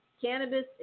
cannabis